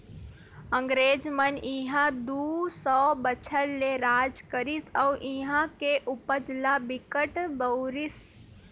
अंगरेज मन इहां दू सौ बछर ले राज करिस अउ इहां के उपज ल बिकट बउरिस